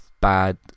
bad